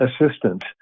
assistant